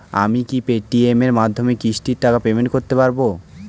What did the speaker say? আমি কি Paytm এর মাধ্যমে কিস্তির টাকা পেমেন্ট করতে পারব?